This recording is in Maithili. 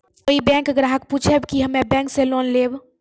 कोई बैंक ग्राहक पुछेब की हम्मे बैंक से लोन लेबऽ?